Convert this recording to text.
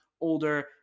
older